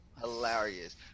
hilarious